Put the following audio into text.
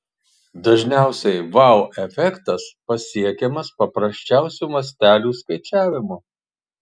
dažniausiai vau efektas pasiekiamas paprasčiausiu mastelių skaičiavimu